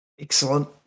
Excellent